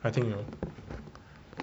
I think 有